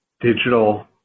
digital